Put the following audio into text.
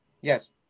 Yes